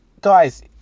Guys